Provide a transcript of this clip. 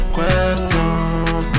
Question